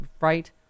right